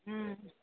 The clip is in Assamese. ও